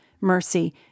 mercy